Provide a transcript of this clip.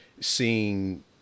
seeing